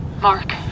Mark